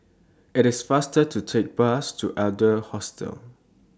IT IS faster to Take The Bus to Adler Hostel